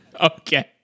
Okay